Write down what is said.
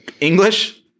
English